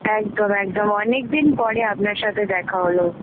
একদম একদম অনেক দিন পরে আপনার সাথে দেখা হল